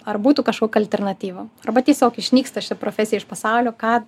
ar būtų kažkokia alternatyva arba tiesiog išnyksta ši profesija iš pasaulio ką